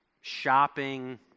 shopping